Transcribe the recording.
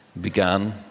began